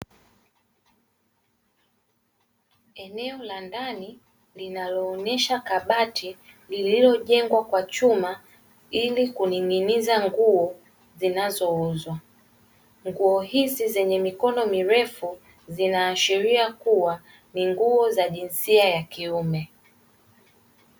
Eneo la ndani linaloonyesha kabati lililojengwa kwa chuma, ili kuning'iniza nguo zinazouzwa, nguo hizi zenye mikono mirefu zinaashiria kuwa ni nguo za jinsia ya kiume.